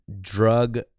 Drug